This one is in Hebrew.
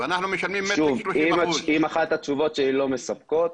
ואנחנו משלמים מצ'ינג 30%. אם אחת התשובות שלי לא מספקת,